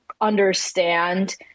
understand